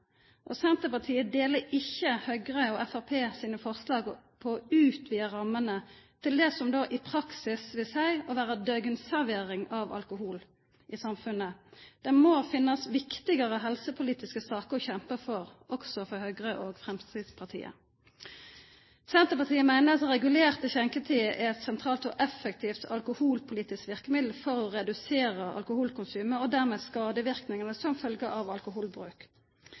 rammer. Senterpartiet stør ikkje Høgre og Framstegspartiet sine forslag om å utvida rammene til det som i praksis vil vera døgnservering av alkohol i samfunnet. Det må finnast viktigare helsepolitiske saker å kjempa for, også for Høgre og Framstegspartiet. Senterpartiet meiner at regulerte skjenketider er eit sentralt og effektivt alkoholpolitisk verkemiddel for å redusera alkoholkonsumet og dermed skadeverknadene som følgje av alkoholbruk.